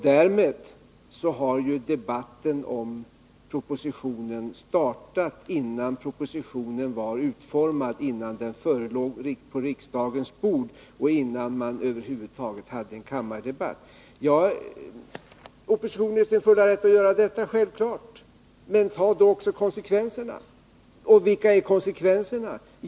Därmed har ju debatten om propositionen startat innan propositionen var utformad, innan den låg på företagens verkriksdagens bord och innan man över huvud taget hade en kammardebatt. samhet och fram Oppositionen är självfallet i sin fulla rätt att göra på detta sätt. Men ta då = ;jq också konsekvenserna! I Och vilka är konsekvenserna?